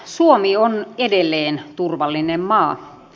suomi on edelleen turvallinen maa